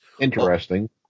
Interesting